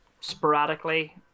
sporadically